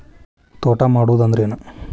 ತೋಟ ಮಾಡುದು ಅಂದ್ರ ಏನ್?